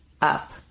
up